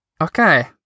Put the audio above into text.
Okay